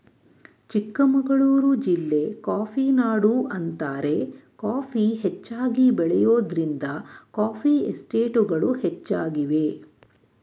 ಚಿಕ್ಕಮಗಳೂರು ಜಿಲ್ಲೆ ಕಾಫಿನಾಡು ಅಂತಾರೆ ಕಾಫಿ ಹೆಚ್ಚಾಗಿ ಬೆಳೆಯೋದ್ರಿಂದ ಕಾಫಿ ಎಸ್ಟೇಟ್ಗಳು ಹೆಚ್ಚಾಗಿವೆ